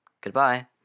Goodbye